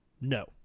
no